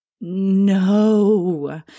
no